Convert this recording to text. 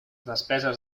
despeses